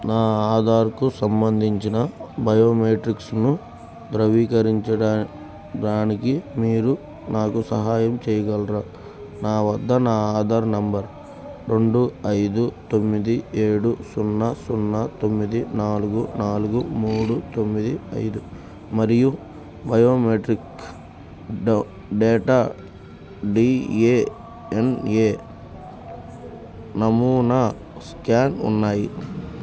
నా ఆధార్కు సంబంధించిన బయోమెట్రిక్స్ను ధృవీకరించడానికి మీరు నాకు సహాయం చేయగలరా నా వద్ద నా ఆధార్ నంబర్ రెండు ఐదు తొమ్మిది ఏడు సున్నా సున్నా తొమ్మిది నాలుగు నాలుగు మూడు తొమ్మిది ఐదు మరియు biometric data D A N A నమూనా స్కాన్ ఉన్నాయి